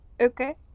Okay